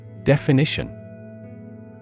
Definition